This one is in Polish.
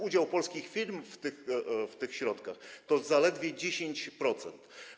Udział polskich firm w przypadku tych środków to zaledwie 10%.